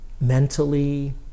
mentally